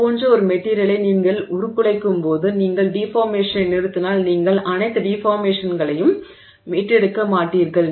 அது போன்ற ஒரு மெட்டிரியலை நீங்கள் உருக்குலைக்கும்போது நீங்கள் டிஃபார்மேஷனை நிறுத்தினால் நீங்கள் அனைத்து டிஃபார்மேஷன்களையும் மீட்டெடுக்க மாட்டீர்கள்